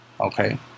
Okay